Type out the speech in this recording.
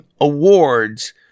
Awards